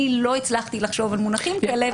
אני לא הצלחתי לחשוב על מונחים כאלה.